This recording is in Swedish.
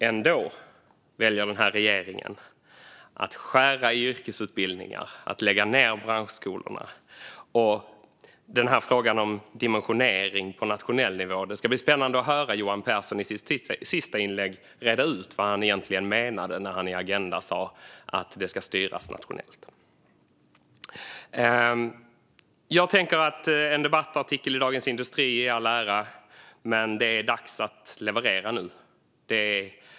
Ändå väljer den här regeringen att skära i yrkesutbildningarna och att lägga ned branschskolorna. Det ska också bli spännande att höra Johan Pehrson i sitt sista inlägg reda ut vad han egentligen menade när han i Agenda sa att dimensioneringen ska styras på nationell nivå. En debattartikel i Dagens industri i all ära, men det är nu dags att leverera.